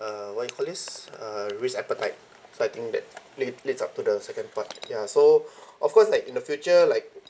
uh what you call this uh risk appetite so I think that lead leads up to the second part ya so of course like in the future like